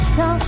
no